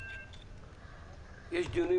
יש דיונים